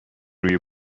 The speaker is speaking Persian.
روی